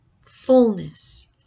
fullness